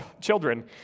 children